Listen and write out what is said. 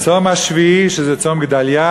"צום השביעי" שזה צום גדליה,